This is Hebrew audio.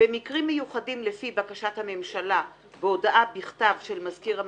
במקרים מיוחדים לפי בקשת הממשלה בהודעה בכתב של מזכיר הממשלה.